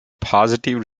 positive